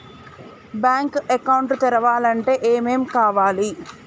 Bank account తెరవాలంటే ఏమేం కావాలి?